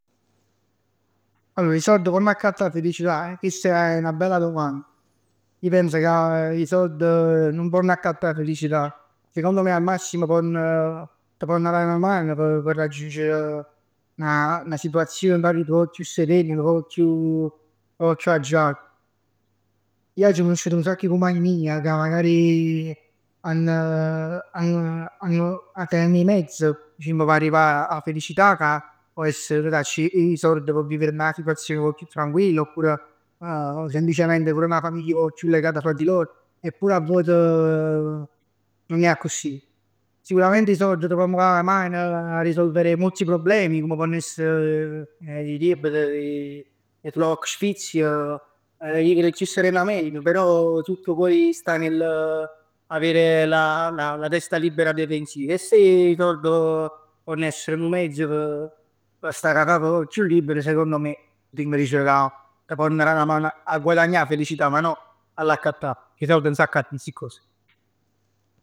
Allor 'e sord ponn acattà 'a felicità? Chest è 'na bella domanda, ij pens ca 'e sord nun ponn accattà 'a felicità. Sicondo me al massimo ponn, t' ponn dà 'na mano p' p' raggiungere 'na situazione dint 'a vita nu poc chiù serena, nu poc chiù agiata. Ij aggio canusciut nu sacc e cumpagn mij ca magari hann, hann, hanno, tenen 'e mezz dicimm p' arrivà 'a felicità, ca pò essere che ne sacc 'e sord p' vivere dint 'a situazione nu poc chiù tranquilla, oppur semplicement pur 'na famiglia nu poc chiù legata tra di loro. Eppure a vote nun è accussì. Sicurament 'e sord t' ponn da 'na mano a risolvere molti problemi come ponn essere, 'e riebbt, lo sfizio 'e vivere chiù serenamente. Però tu poi stai, avere la, la, la testa libera dai pensieri. E se 'e sord ponn essere nu mezz p' p' sta cu 'a cap nu poc chiù libera sicond me, putimm dicere ca ponn da 'na mano a guadagnà 'a felicità, ma non a 'llà accattà. Cu 'e sord nun s'accattan sti cos.